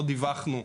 לא דיווחנו,